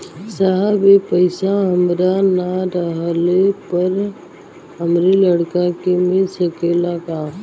साहब ए पैसा हमरे ना रहले पर हमरे लड़का के मिल सकेला का?